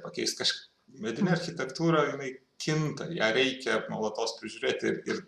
pakeis kažk medinė architektūra jinai kinta ją reikia nuolatos prižiūrėti ir